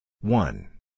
one